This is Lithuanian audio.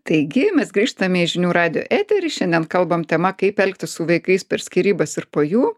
taigi mes grįžtame į žinių radijo eterį šiandien kalbam tema kaip elgtis su vaikais per skyrybas ir po jų